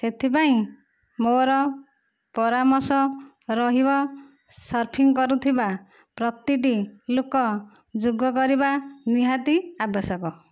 ସେଥିପାଇଁ ମୋର ପରାମର୍ଶ ରହିବ ସର୍ଫିଙ୍ଗ କରୁଥିବା ପ୍ରତିଟି ଲୋକ ଯୋଗ କରିବା ନିହାତି ଆବଶ୍ୟକ